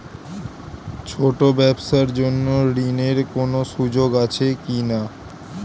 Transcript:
ছোট ব্যবসার জন্য ঋণ এর কোন সুযোগ আছে কি না?